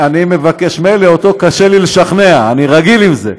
מילא אותו קשה לי לשכנע, אני רגיל לזה.